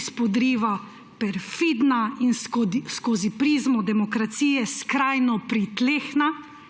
izpodriva perfidna in skozi prizmo demokracije skrajno pritlehna